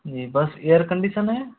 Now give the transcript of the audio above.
जी बस air condition है